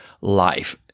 life